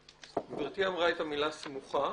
גברתי אמרה את המילה "סמוכה"